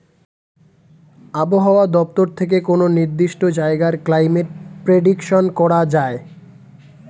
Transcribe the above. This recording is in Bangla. আবহাওয়া দপ্তর থেকে কোনো নির্দিষ্ট জায়গার ক্লাইমেট প্রেডিকশন করা যায়